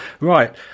right